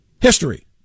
history